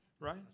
right